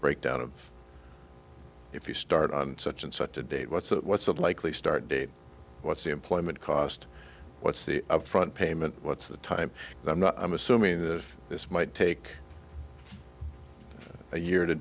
breakdown of if you start on such and such a date what's that what's the likely start date what's the employment cost what's the front payment what's the time that not i'm assuming that if this might take a year to